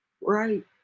right